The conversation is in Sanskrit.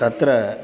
तत्र